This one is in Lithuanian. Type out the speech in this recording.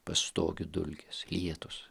pastogių dulkės lietūs